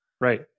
right